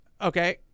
Okay